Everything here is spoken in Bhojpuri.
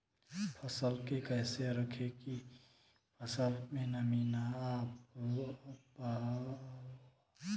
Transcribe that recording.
फसल के कैसे रखे की फसल में नमी ना आवा पाव?